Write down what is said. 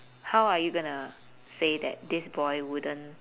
how are you gonna say that this boy wouldn't